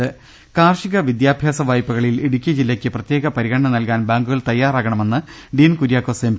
രുട്ട്ട്ട്ട്ട്ട്ട്ട കാർഷിക വിദ്യാഭ്യാസ വായ്പകളിൽ ഇടുക്കി ജില്ലയ്ക്ക് പ്രത്യേക പരി ഗണന നൽകാൻ ബാങ്കുകൾ തയ്യാറാകണമെന്ന് ഡീൻ കുര്യാക്കോസ് എം